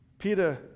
Peter